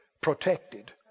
protected